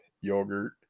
yogurt